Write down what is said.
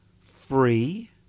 free